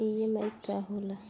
EMI का होला?